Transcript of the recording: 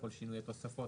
כל שינוי התוספות.